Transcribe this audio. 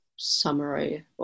summary